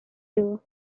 you